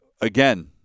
Again